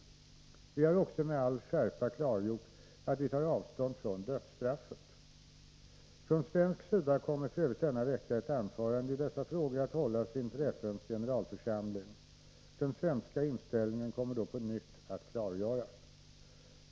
Vi har också med all skärpa klargjort att vi tar avstånd från dödsstraffet. Från svensk sida kommer f. ö. denna vecka ett anförande i dessa frågor att hållas inför FN:s generalförsamling. Den svenska inställningen kommer då på nytt att klargöras.